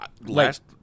Last